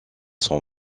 son